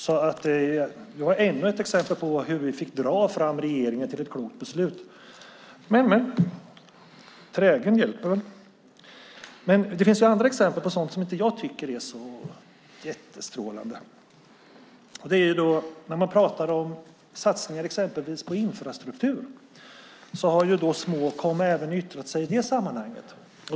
Det är ännu ett exempel på hur vi fick dra fram regeringen till ett klokt beslut, men trägen vinner. Det finns andra exempel på sådant som jag inte tycker är så jättestrålande. Man pratar om satsningar på infrastruktur, och Småkom har yttrat sig även i det sammanhanget.